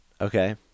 Okay